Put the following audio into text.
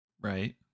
Right